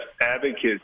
advocates